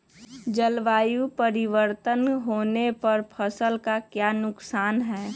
जलवायु परिवर्तन होने पर फसल का क्या नुकसान है?